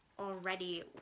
already